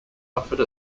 offered